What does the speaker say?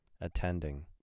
attending